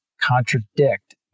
contradict